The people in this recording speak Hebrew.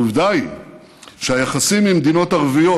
ועובדה היא שהיחסים עם מדינות ערביות,